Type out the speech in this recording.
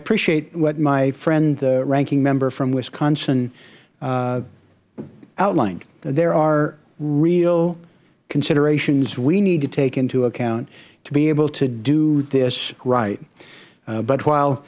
appreciate what my friend the ranking member from wisconsin outlined there are real considerations we need to take into account to be able to do this right but